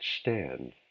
stand